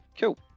Cool